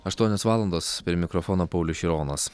aštuonios valandos prie mikrofono paulius šironas